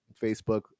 Facebook